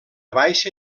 baixa